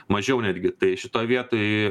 mažiau netgi tai šitoj vietoj